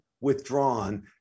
withdrawn